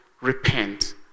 repent